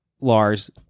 Lars